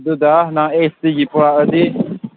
ꯑꯗꯨꯗ ꯅꯪꯅ ꯑꯦꯁ ꯇꯤꯒꯤ ꯄꯨꯔꯛꯑꯗꯤ